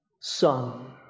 Son